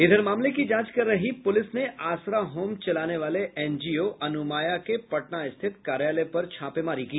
इधर मामले की जांच कर रही पुलिस ने आसरा होम चलाने वाले एनजीओ अनुमाया के पटना स्थित कार्यालय पर छापेमारी की